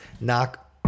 Knock